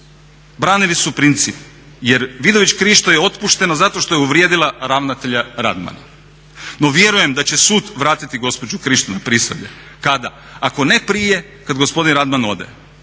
Branili su princip jer Vidović Krišto je otpuštena zato što je uvrijedila ravnatelja Radmana. No vjerujem da će sud vratiti gospođu Krišto na Prisavlje. Kada? Ako ne prije, kad gospodin Radman ode.